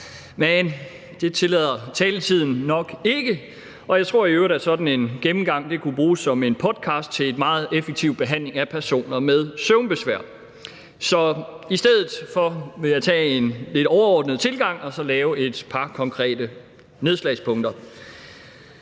men det tillader taletiden nok ikke. Jeg tror i øvrigt, at sådan en gennemgang kunne bruges til en podcast til en meget effektiv behandling af personer med søvnbesvær. I stedet vil jeg vælge en lidt overordnet tilgang og have par konkrete nedslagspunkter.